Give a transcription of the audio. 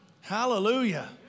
Hallelujah